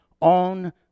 on